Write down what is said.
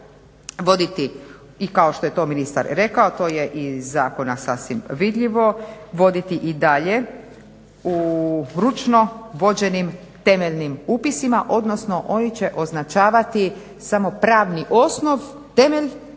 voditi i kao što je to ministar rekao, a to je i iz zakona sasvim vidljivo, voditi i dalje u ručno vođenim temeljnim upisima, odnosno oni će označavati samo pravni osnov, temelj